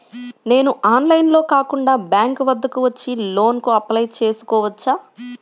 నేను ఆన్లైన్లో కాకుండా బ్యాంక్ వద్దకు వచ్చి లోన్ కు అప్లై చేసుకోవచ్చా?